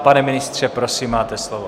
Pane ministře, prosím, máte slovo.